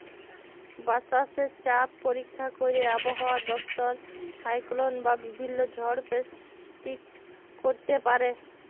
বাতাসে চাপ পরীক্ষা ক্যইরে আবহাওয়া দপ্তর সাইক্লল বা বিভিল্ল্য ঝড় পের্ডিক্ট ক্যইরতে পারে